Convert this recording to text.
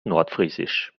nordfriesisch